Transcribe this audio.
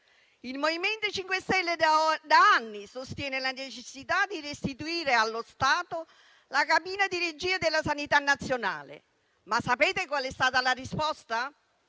Il MoVimento 5 Stelle da anni sostiene la necessità di restituire allo Stato la cabina di regia della sanità nazionale. Ma sapete qual è stata la risposta?